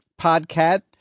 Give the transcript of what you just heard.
podcast